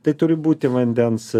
tai turi būti vandens